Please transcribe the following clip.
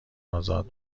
ازاد